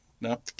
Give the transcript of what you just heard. no